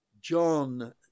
John